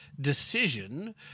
decision